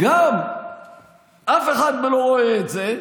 וגם אף אחד לא רואה את זה.